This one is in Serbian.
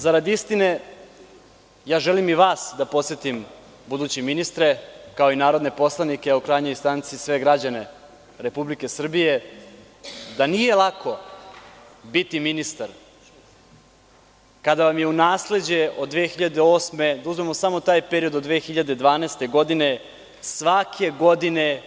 Zarad istine, želim i vas da podsetim, budući ministre, kao i narodne poslanike, a u krajnjoj instanci i sve građane Republike Srbije, da nije lako biti ministar kada vam je u nasleđe od 2008. godine, da uzmemo samo taj period, do 2012. godine svake godine